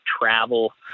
travel